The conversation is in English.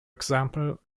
example